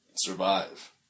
survive